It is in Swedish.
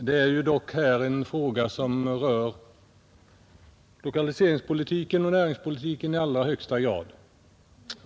Här är dock en fråga som rör lokaliseringspolitiken och näringspolitiken i allra högsta grad.